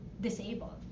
disabled